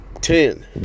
ten